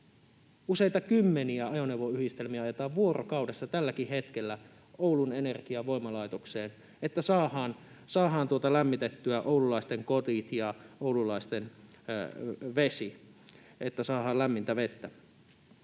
Useita kymmeniä ajoneuvoyhdistelmiä ajetaan vuorokaudessa tälläkin hetkellä Oulun Energian voimalaitokseen, että saadaan lämmitettyä oululaisten kodit ja oululaisten vesi, että saadaan lämmintä vettä.